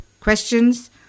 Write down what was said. questions